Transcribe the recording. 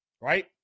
Right